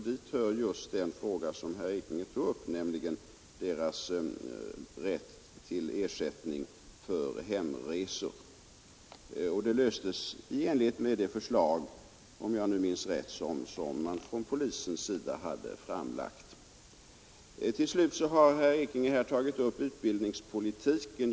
Dit hör just den fråga som herr Ekinge tog upp, nämligen deras rätt till ersättning för hemresor. Det problemet löstes i enlighet med det förslag som man, om jag minns rätt, från polisens sida hade framlagt. Till slut har herr Ekinge här tagit upp utbildningspolitiken.